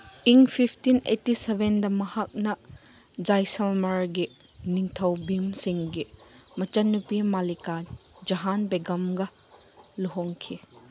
ꯏꯪ fifteen eighty ꯁꯚꯦꯟꯗ ꯃꯍꯥꯛꯅ ꯖꯥꯏꯁꯜꯃꯔꯒꯤ ꯅꯤꯡꯊꯧ ꯚꯤꯝ ꯁꯤꯡꯒꯤ ꯃꯆꯟꯅꯨꯄꯤ ꯃꯂꯤꯀꯥ ꯖꯍꯥꯟ ꯕꯦꯒꯝꯒ ꯂꯨꯍꯣꯡꯈꯤ